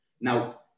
now